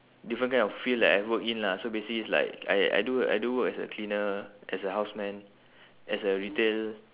different kind of field that I've worked in lah so basically is like I I do I do work as a cleaner as a houseman as a retail